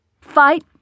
Fight